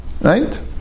right